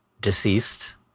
deceased